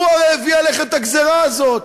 הוא הרי הביא עליכם את הגזירה הזאת.